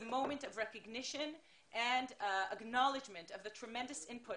שאתם תורמים ועושים למען מדינת ישראל,